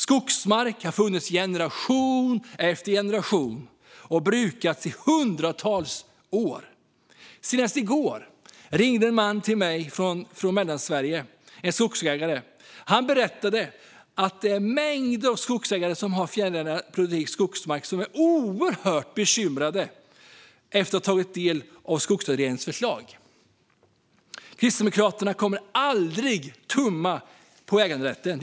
Skogsmarken har ägts i generationer och brukats i hundratals år. Senast i går ringde en skogsägare från Mellansverige till mig. Han berättade att mängder av skogsägare som har fjällnära produktiv skogsmark är oerhört bekymrade efter att ha tagit del av Skogsutredningens förslag. Kristdemokraterna kommer aldrig att tumma på äganderätten.